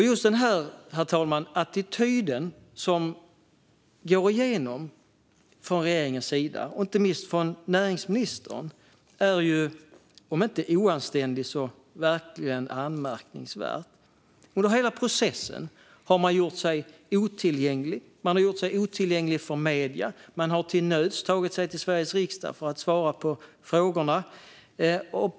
Just den här attityden som går igenom från regeringens och inte minst näringsministerns sida, herr talman, är om inte oanständig så i alla fall verkligen anmärkningsvärd. Under hela processen har man gjort sig otillgänglig. Man har gjort sig otillgänglig för medier. Man har till nöds tagit sig till Sveriges riksdag för att svara på frågor.